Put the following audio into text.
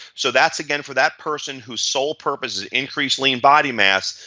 so that's again for that person whose sole purpose increase like in body mass,